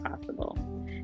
possible